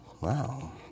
Wow